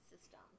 system